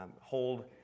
hold